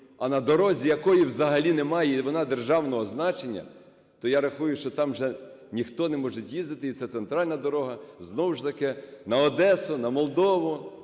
а на дорозі, якої взагалі немає і вона державного значення, то, я рахую, що там вже ніхто не може їздити, і це центральна дорога знову ж таки на Одесу, на Молдову,